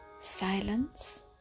silence